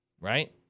right